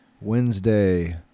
Wednesday